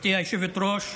גברתי היושבת-ראש,